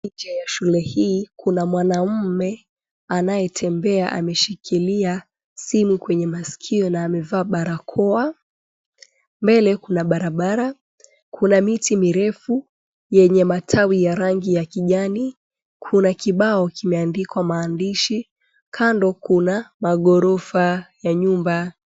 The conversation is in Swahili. Nje ya shule hii, kuna mwanamme anayetembea ameshikilia simu kwenye masikio na amevaa barakoa. Mbele kuna barabara, kuna miti mirefu yenye matawi ya rangi ya kijani, kuna kibao kimeandikwa maandishi, kando kuna maghorofa ya nyumba.